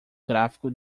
gráfico